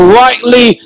rightly